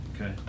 Okay